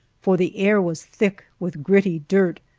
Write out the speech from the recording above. for the air was thick with gritty dirt.